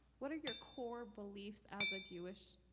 what are your core beliefs as a jewish